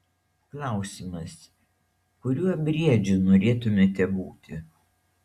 klausimas kuriuo briedžiu norėtumėte būti